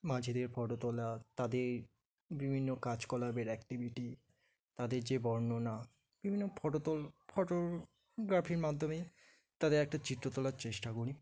মাঝিদের photo তোলা তাদের বিভিন্ন কাজকলাপের অ্যাক্টিভিটি তাদের যে বর্ণনা বিভিন্ন ফটো তোল ফটোগ্রাফির মাধ্যমেই তাদের একটা চিত্র তোলার চেষ্টা করি